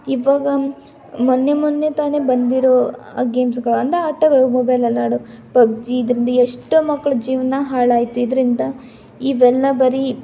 ಇವಾಗ ಮೊನ್ನೆ ಮೊನ್ನೆ ತಾನೆ ಬಂದಿರೊ ಗೇಮ್ಸುಗಳು ಅಂದರೆ ಆಟಗಳು ಮೊಬೈಲಲ್ಲಿ ಆಡೋದು ಪಬ್ಜಿ ಇದ್ರಿಂದ ಎಷ್ಟೋ ಮಕ್ಕಳ ಜೀವನ ಹಾಳಾಯಿತು ಇದರಿಂದ ಇವೆಲ್ಲ ಬರಿ